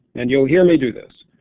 and you'll hear me do this.